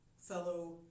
fellow